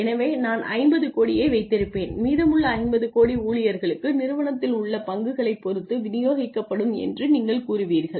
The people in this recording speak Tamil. எனவே நான் 50 கோடியை வைத்திருப்பேன் மீதமுள்ள 50 கோடி ஊழியர்களுக்கு நிறுவனத்தில் உள்ள பங்குகளைப் பொறுத்து விநியோகிக்கப்படும் என்று நீங்கள் கூறுவீர்கள்